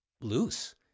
loose